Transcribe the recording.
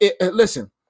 listen